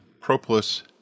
propolis